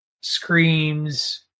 screams